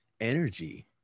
energy